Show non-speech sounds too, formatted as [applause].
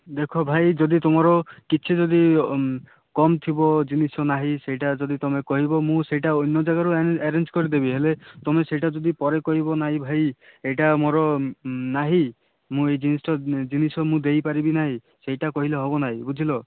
ଦେଖ ଭାଇ ଯଦି ତମର କିଛି ଯଦି କମ୍ ଥିବ ଜିନିଷ ନାହିଁ ସେଇଟା ଯଦି ତମେ କହିବ ମୁଁ ସେଇଟା ଅନ୍ୟ ଜାଗାରୁ ଆରେ ଆରେଞ୍ଜ୍ କରିଦେବି ହେଲେ ତମେ ସେଇଟା ଯଦି ପରେ କହିବ ନାଇଁ ଭାଇ ଏଇଟା ମୋର ନାହିଁ ମୁଁ ଏଇ [unintelligible] ଜିନିଷ ଦେଇପାରିବି ନାହିଁ ସେଇଟା କହିଲେ ହେବ ନାହିଁ ବୁଝିଲ